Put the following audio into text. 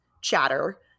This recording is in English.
chatter